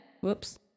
Whoops